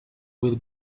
will